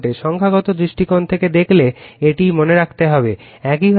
সংখ্যাগত দৃষ্টিকোণ থেকে কি কল থেকে এটি মনে রাখতে হবে